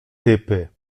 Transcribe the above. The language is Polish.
typy